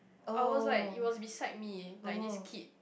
I was like it was beside me like this kid